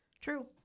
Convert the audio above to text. True